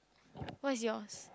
what's yours